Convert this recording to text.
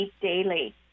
daily